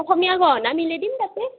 অসমীয়া গহনা মিলাই দিম তাতে